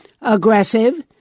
aggressive